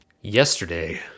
Yesterday